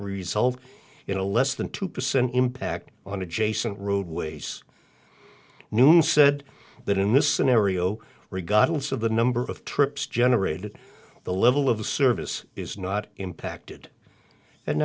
result in a less than two percent impact on adjacent roadways noone said that in this scenario regardless of the number of trips generated the level of service is not impacted and